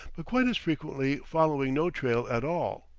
but quite as frequently following no trail at all.